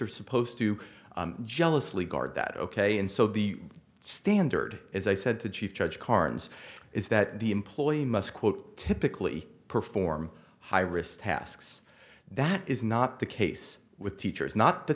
are supposed to jealously guard that ok and so the standard as i said to chief judge carnes is that the employee must quote typically perform high risk tasks that is not the case with teachers not the